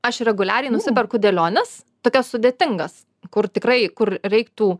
aš reguliariai nusiperku dėliones tokias sudėtingas kur tikrai kur reiktų